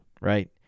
right